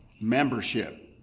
membership